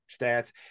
stats